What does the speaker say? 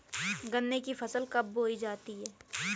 गन्ने की फसल कब बोई जाती है?